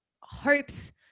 hopes